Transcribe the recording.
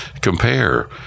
compare